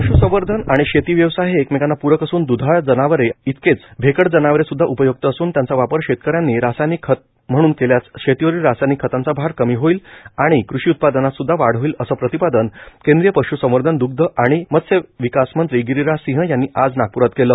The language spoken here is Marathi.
पश्संवर्धन आणि शेती व्यवसाय हे एकमेकांना पूरक असून दुधाळ जनावरे इतकेच भेकड जनावरे सुद्धा उपयुक्त असून त्याचा वापर शेतकऱ्यांनी रासायनिक खत म्हणून केल्यास शेतीवरील रासायनिक खतांचा आर कमी होईल व कृषी उत्पादनातसुद्धा वाढ होईल असे प्रतिपादन केंद्रीय पश्संवर्धन दुग्ध व मत्स्य विकास मंत्री गिरिराज सिंह यांनी आज नागप्रात केले